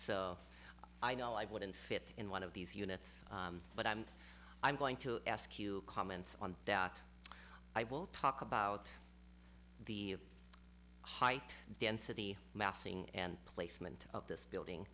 so i know i wouldn't fit in one of these units but i'm i'm going to ask you comments on that i will talk about the height density massing and placement of this building